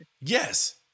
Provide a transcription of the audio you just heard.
Yes